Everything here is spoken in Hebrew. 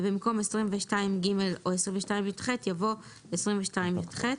ובמקום "22ג או 22יח" יבוא "22יח";